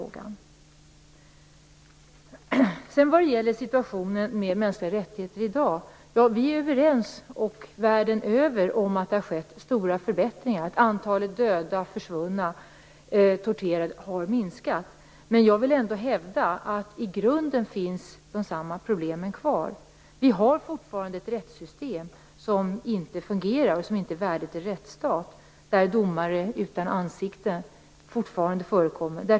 Vi är överens världen över att det har skett stora förbättringar när det gäller situationen för de mänskliga rättigheterna i dag. Antalet döda, försvunna och torterade har minskat. Men jag vill ändå hävda att samma problem finns kvar i grunden. De har fortfarande ett rättssystem som inte fungerar och som inte är värdigt en rättsstat. Domare utan ansikte förekommer fortfarande.